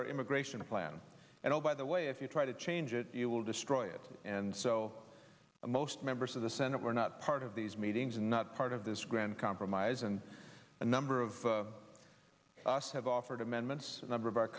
our immigration plan and oh by the way if you try to change it you will destroy it and so most members of the senate were not part of these meetings and not part of this grand compromise and a number of us have offered amendments a number of our